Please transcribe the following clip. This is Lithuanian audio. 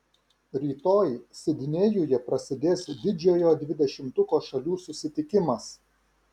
rytoj sidnėjuje prasidės didžiojo dvidešimtuko šalių susitikimas